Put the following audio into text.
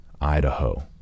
Idaho